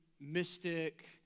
mystic